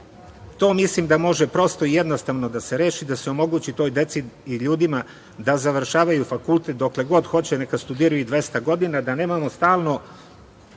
To mislim da može prosto i jednostavno da se reši, da se omogući toj deci i ljudima da završavaju fakultet dokle god hoće, neka studiraju i 200 godina, da nemamo stalno